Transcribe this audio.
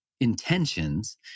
intentions